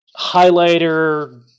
highlighter